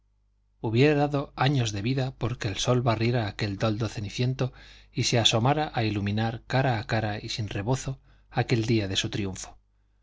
hubiera dado años de vida porque el sol barriera aquel toldo ceniciento y se asomara a iluminar cara a cara y sin rebozo aquel día de su triunfo